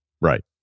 Right